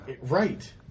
right